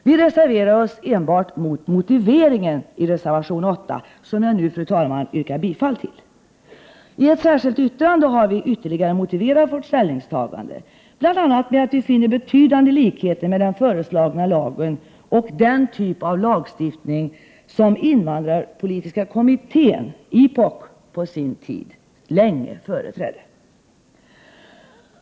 Vi reserverar oss enbart mot motiveringen i reservation 8, som jag nu yrkar bifall till. I ett särskilt yttrande har vi ytterligare motiverat vårt ställningstagande, bl.a. med att vi finner betydande likheter mellan den föreslagna lagen och den typ av lagstiftning som invandrarpolitiska kommittén på sin tid länge företrädde.